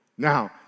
Now